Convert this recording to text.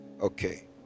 okay